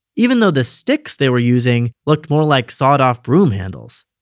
even though the sticks they were using looked more like sawed-off broom handles.